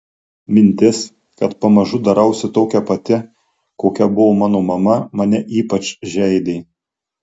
mintis kad pamažu darausi tokia pati kokia buvo mano mama mane ypač žeidė